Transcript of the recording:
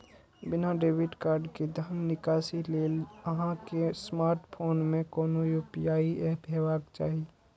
बिना debit card के धन निकासी लेल अहां के स्मार्टफोन मे कोनो यू.पी.आई एप हेबाक चाही